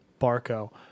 Barco